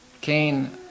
Cain